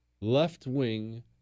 left-wing